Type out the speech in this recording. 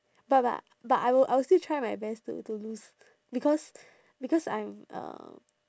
but but but I will I will still try my best to to lose because because I am um